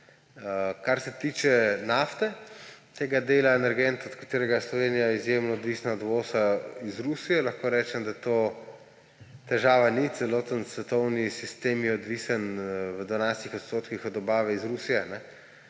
Kar se tiče nafte, tega dela energetov, od katerega je Slovenija izjemno odvisna od uvoza iz Rusije, lahko rečem, da to težava ni. Celoten svetovni sistem je odvisen v 12 odstotkih od dobave iz Rusije.